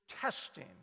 testing